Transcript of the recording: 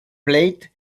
plate